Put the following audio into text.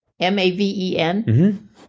M-A-V-E-N